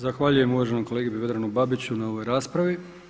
Zahvaljujem uvaženom kolegi Vedranu Babiću na ovoj raspravi.